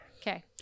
Okay